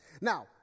Now